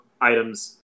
items